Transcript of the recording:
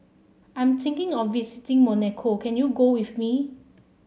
I'm thinking of visiting Monaco can you go with me